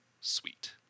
sweet